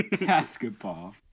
basketball